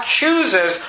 chooses